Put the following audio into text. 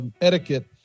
etiquette